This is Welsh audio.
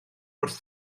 wrth